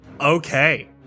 Okay